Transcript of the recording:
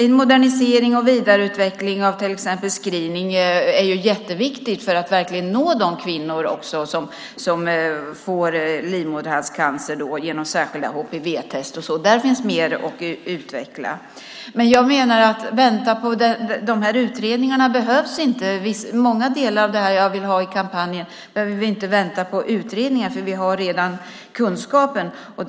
En modernisering och vidareutveckling av till exempel screening genom särskilda HPV-test är jätteviktig för att verkligen nå de kvinnor som får livmoderhalscancer. Där finns mer att utveckla. Jag menar att vi inte behöver vänta på de här utredningarna. Många delar av det jag vill ha i kampanjen har vi redan kunskapen om.